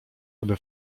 aby